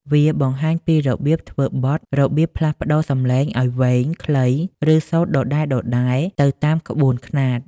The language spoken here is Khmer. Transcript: វាបង្ហាញពីរបៀបធ្វើបទ របៀបផ្លាស់ប្ដូរសំឡេងឱ្យវែង ខ្លី ឬសូត្រដដែលៗ ទៅតាមក្បួនខ្នាត។